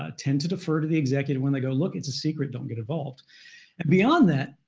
ah tend to defer to the executive when they go, look, it's a secret, don't get involved. and beyond that,